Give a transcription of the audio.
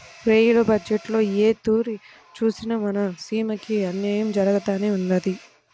rail బజ్జెట్టులో ఏ తూరి సూసినా మన సీమకి అన్నాయం జరగతానే ఉండాది